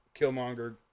killmonger